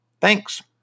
Thanks